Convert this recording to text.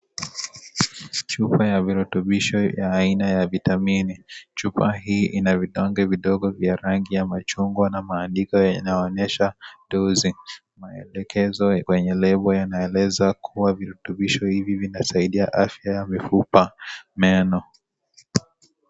Chupa ya virutubisho ya aina ya vitamini, chupa hii ina vidonge vidogo vya rangi ya machungwa na maandiko yanaonyesha Sol-D na maelekezo kwenye lebo yanaeleza kuwa virutubisho hivi vinasaidia afya, mifupa. meno.